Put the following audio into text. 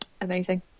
amazing